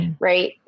Right